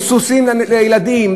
עם סוסים לילדים,